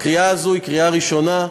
הקריאה הזו היא קריאה ראשונה.